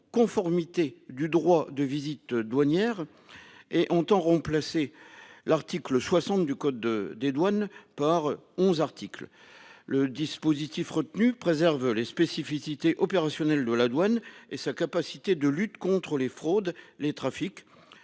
conformité du droit de visite douanières. Et ont en remplacé l'article 60 du code des douanes par 11 articles le dispositif retenu préserve les spécificités opérationnel de la douane et sa capacité de lutte contre les fraudes les trafics